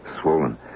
swollen